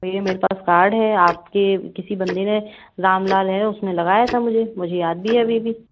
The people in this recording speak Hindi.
भैया मेरे पास कार्ड है आपके किसी बंदे ने रामलाल है उसने लगाया था मुझे मुझे याद भी है अभी भी